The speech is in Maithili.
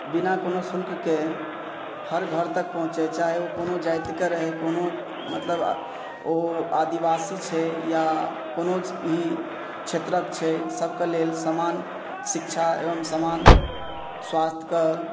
बिना कोनो शुल्कके हर घर तक पहुँचै चाहे ओ कोनो जाइतके रहै कोनो मतलब ओ आदिवासी छै या कोनो भी क्षेत्रक छै सभके लेल सामान शिक्षा एवं समान स्वास्थ्यके